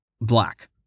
Black